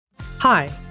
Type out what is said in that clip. Hi